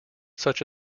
such